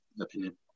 opinion